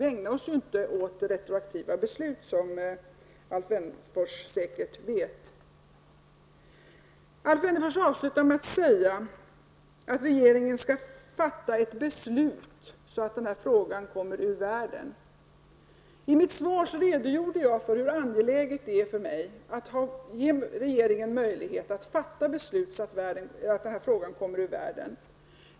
Vi ägnar oss ju inte åt retroaktiva beslut, som Alf Wennerfors säkert vet. Alf Wennerfors avslutar sitt inlägg med att säga att regeringen måste fatta ett beslut, så att den här frågan kommer ur världen. Men i mitt svar redogjorde jag för hur angeläget det är för mig att regeringen har möjlighet att fatta beslut, så att den här frågan kommer ur världen.